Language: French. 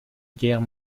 guerre